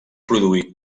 produí